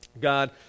God